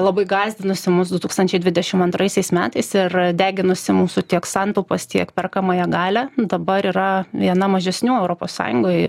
labai gąsdinusi mus du tūkstančiai dvidešim antraisiais metais ir deginusi mūsų tiek santaupas tiek perkamąją galią dabar yra viena mažesnių europos sąjungoje